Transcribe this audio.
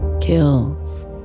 kills